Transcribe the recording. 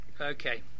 Okay